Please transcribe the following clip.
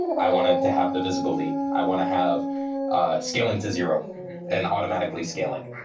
i want it to have the visibility. i want to have ah scaling to zero and automatically scaling.